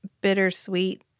bittersweet